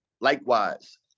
likewise